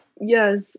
Yes